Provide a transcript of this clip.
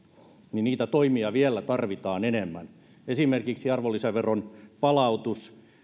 niitä toimia vielä tarvitaan enemmän esimerkiksi arvonlisäveron palautus